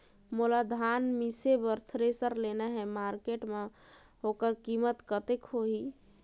मोला धान मिसे बर थ्रेसर लेना हे मार्केट मां होकर कीमत कतेक होही?